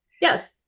Yes